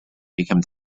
became